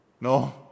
no